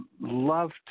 love